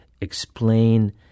explain